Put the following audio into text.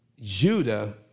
Judah